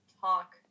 talk